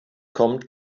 kommt